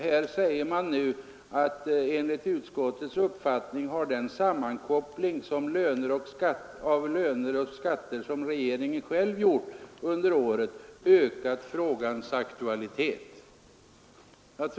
Här säger man nu att enligt utskottets uppfattning har den sammankoppling av löner och skatter som regeringen själv gjort under året ökat frågans aktualitet.